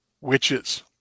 witches